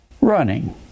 running